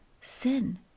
sin